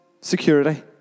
security